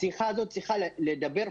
השיחה הזו צריכה להיות על הפרקטיקה.